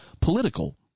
political